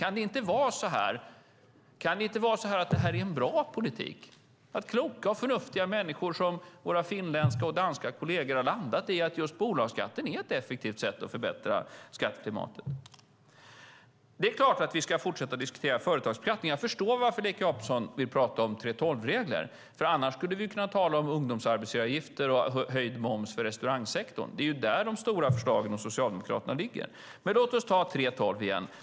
Kan det inte vara så att detta är en bra politik och att kloka och förnuftiga människor som våra finländska och danska kolleger har landat i att just bolagsskatten är ett effektivt sätt att förbättra skatteklimatet? Det är klart att vi ska fortsätta att diskutera företagsbeskattning. Jag förstår varför Leif Jakobsson vill tala om 3:12-regler. Annars skulle vi kunna tala om ungdomsarbetsgivaravgifter och höjd moms för restaurangsektorn. Det är där som Socialdemokraternas stora förslag ligger. Låt mig ta upp 3:12-reglerna igen.